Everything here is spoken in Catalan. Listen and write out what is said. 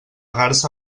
garsa